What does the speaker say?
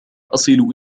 أصل